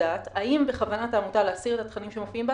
לדעת האם בכוונת העמותה להסיר את התכנים שמופיעים באתר.